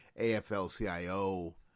AFL-CIO